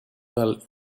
well